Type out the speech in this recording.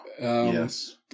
yes